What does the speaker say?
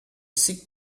sick